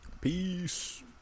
Peace